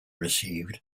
received